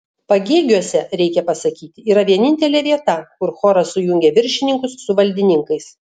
pagėgiuose reikia pasakyti yra vienintelė vieta kur choras sujungia viršininkus su valdininkais